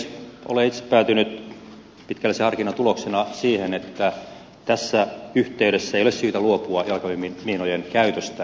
olen itse päätynyt pitkällisen harkinnan tuloksena siihen että tässä yhteydessä ei ole syytä luopua jalkaväkimiinojen käytöstä